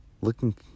looking